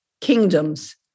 kingdoms